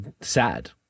sad